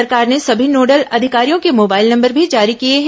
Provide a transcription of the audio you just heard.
सरकार ने समी नोडल अधिकारियों के मोबाइल नंबर भी जारी किए हैं